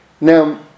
Now